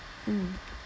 mm